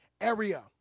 area